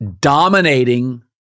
dominating